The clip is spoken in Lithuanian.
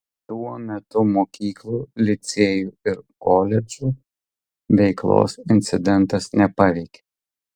tuo metu mokyklų licėjų ir koledžų veiklos incidentas nepaveikė